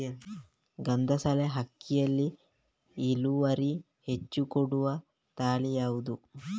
ಗಂಧಸಾಲೆ ಅಕ್ಕಿಯಲ್ಲಿ ಇಳುವರಿ ಹೆಚ್ಚು ಕೊಡುವ ತಳಿ ಯಾವುದು?